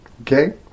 Okay